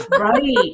Right